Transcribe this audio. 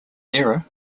error